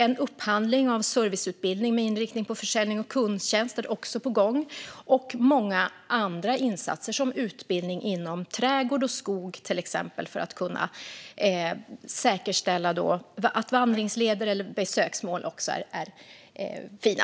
En upphandling av serviceutbildning med inriktning på försäljning och kundtjänst är på gång. Många andra insatser är också på gång, till exempel utbildning inom trädgård och skog, för att det ska kunna säkerställas att vandringsleder och besöksmål är fina.